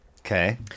okay